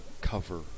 cover